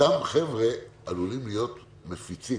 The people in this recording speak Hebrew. אותם חבר'ה עלולים להיות מפיצים